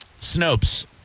Snopes